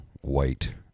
white